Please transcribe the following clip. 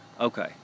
okay